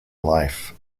life